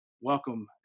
Welcome